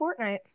Fortnite